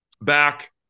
back